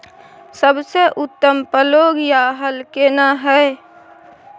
सबसे उत्तम पलौघ या हल केना हय?